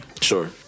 Sure